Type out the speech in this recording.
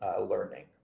Learning